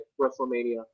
WrestleMania